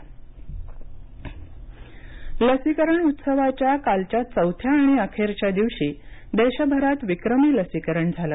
लसीकरण लसीकरण उत्सवाच्या कालच्या चौथ्या आणि अखेरच्या दिवशी देशभरात विक्रमी लसीकरण झालं